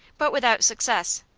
but without success.